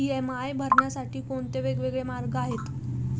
EMI भरण्यासाठी कोणते वेगवेगळे मार्ग आहेत?